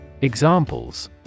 Examples